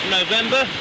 November